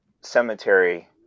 cemetery